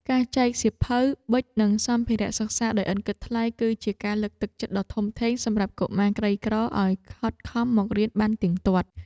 ការចែកសៀវភៅប៊ិចនិងសម្ភារសិក្សាដោយឥតគិតថ្លៃ គឺជាការលើកទឹកចិត្តដ៏ធំធេងសម្រាប់កុមារក្រីក្រឱ្យខិតខំមករៀនបានទៀងទាត់។